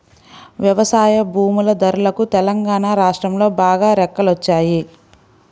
వ్యవసాయ భూముల ధరలకు తెలంగాణా రాష్ట్రంలో బాగా రెక్కలొచ్చాయి